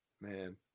Man